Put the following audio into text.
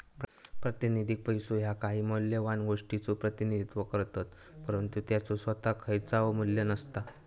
प्रातिनिधिक पैसो ह्या काही मौल्यवान गोष्टीचो प्रतिनिधित्व करतत, परंतु त्याचो सोताक खयचाव मू्ल्य नसता